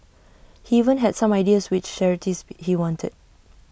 he even had some ideas which charities he wanted